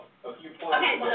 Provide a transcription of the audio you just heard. Okay